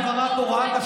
פוגעת פגיעה ממשית.